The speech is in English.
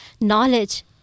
knowledge